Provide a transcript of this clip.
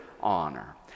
honor